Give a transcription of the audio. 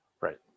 Right